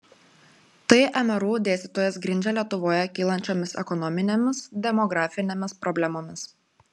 tai mru dėstytojas grindžia lietuvoje kylančiomis ekonominėmis demografinėmis problemomis